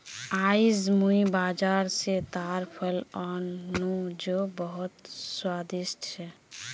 आईज मुई बाजार स ताड़ फल आन नु जो बहुत स्वादिष्ट छ